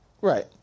Right